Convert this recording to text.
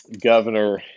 governor